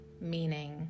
meaning